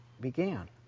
began